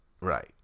right